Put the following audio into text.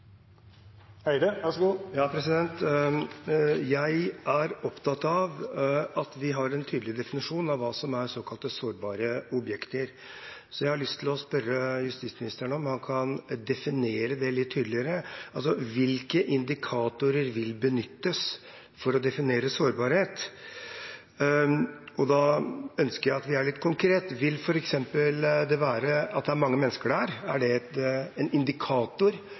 såkalte sårbare objekter, så jeg har lyst til å spørre justisministeren om han kan definere det litt tydeligere: Hvilke indikatorer vil benyttes for å definere sårbarhet? Og da ønsker jeg at vi er litt konkrete: Vil f.eks. det at det er mange mennesker et sted, være en indikator for sårbarhet? Betyr det f.eks. at Karl Johan-området rundt Stortinget er et